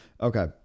Okay